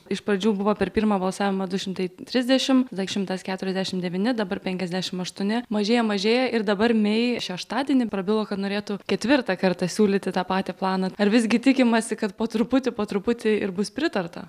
iš pradžių buvo per pirmą balsavimą du šimtai trisdešimt beveik šimtas keturiasdešimt devyni dabar penkiasdešimt aštuoni mažėja mažėja ir dabar mei šeštadienį prabilo kad norėtų ketvirtą kartą siūlyti tą patį planą ar visgi tikimasi kad po truputį po truputį ir bus pritarta